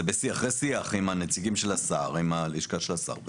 זה אחרי שיח עם הנציגים של השר, עם הלשכה של השר.